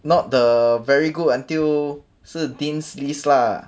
not the very good until 是 dean's list lah